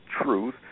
truth